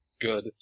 Good